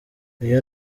uyu